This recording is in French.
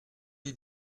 les